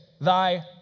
Thy